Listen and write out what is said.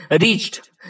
reached